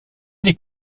les